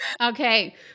Okay